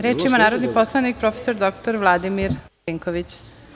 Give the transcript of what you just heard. Reč ima narodni poslanik prof. dr Vladimir Marinković.